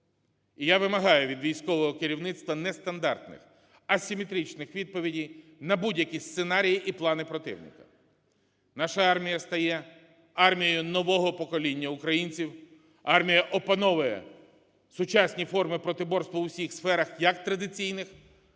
І я вимагаю від військового керівництва нестандартних асиметричних відповідей на будь-які сценарії і плани противника. Наша армія стає армією нового покоління українців, армія опановує сучасні форми протиборства у всіх сферах як традиційних,